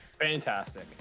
Fantastic